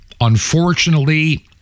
unfortunately